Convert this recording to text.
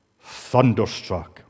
thunderstruck